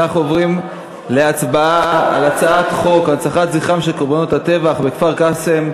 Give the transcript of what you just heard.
אנחנו עוברים להצבעה על הצעת חוק הנצחת זכרם של קורבנות הטבח בכפר-קאסם,